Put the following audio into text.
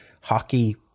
hockey